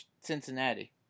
Cincinnati